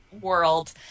world